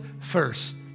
first